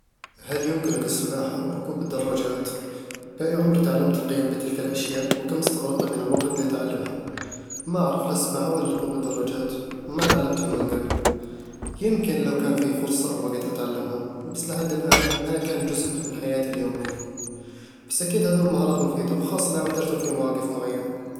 هل يمكنك السباحة أو ركوب الدراجات؟ بأي عمرٍ تعلمت القيام بتلك الأشياء، وكم استغرقت من الوقت لتعلمها؟ ما أعرف لا السباحة ولا ركوب الدراجات، وما تعلمتهم من قبل يمكن لو كان في فرصة أو وقت أتعلمهم، بس لحد الآن ما كان جزء من حياتي اليومية بس أكيد هذول مهارات مفيدة، وخاصة لو احتجتهم في مواقف معينة